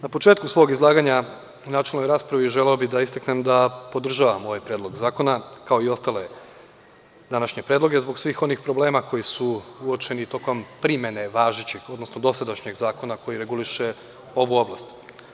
Na početku svog izlaganja u načelnoj raspravi, želeo bih da istaknem da podržavam ovaj predlog zakona, kao i ostale današnje predloge, zbog svih onih problema koji su uočeni tokom primene važećih, odnosno dosadašnjeg zakona koji reguliše ovu oblast.